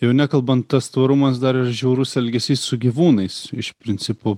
jau nekalbant tas tvarumas dar ir žiaurus elgesys su gyvūnais iš principo